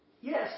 yes